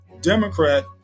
Democrat